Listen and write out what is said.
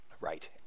Right